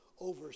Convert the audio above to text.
over